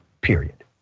period